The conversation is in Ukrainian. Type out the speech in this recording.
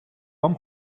вам